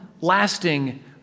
lasting